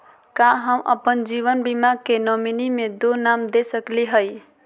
का हम अप्पन जीवन बीमा के नॉमिनी में दो नाम दे सकली हई?